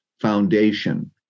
foundation